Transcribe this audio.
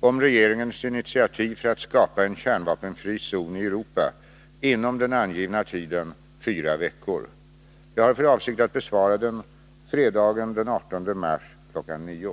om regeringens initiativ för att skapa en kärnvapenfri zon i Europa inom den angivna tiden fyra veckor. Jag har för avsikt att besvara den fredagen den 18 mars kl. 9.00.